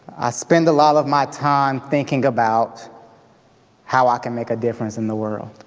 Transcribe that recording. i spend a lot of my time thinking about how i can make a difference in the world.